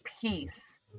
peace